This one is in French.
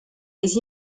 les